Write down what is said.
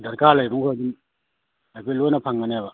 ꯗꯔꯀꯥꯔ ꯂꯩꯔꯤꯈꯣꯏ ꯑꯗꯨꯝ ꯑꯩꯈꯣꯏ ꯂꯣꯏꯅ ꯐꯪꯉꯒꯅꯦꯕ